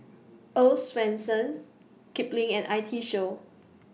Earl's Swensens Kipling and I T Show